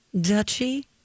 duchy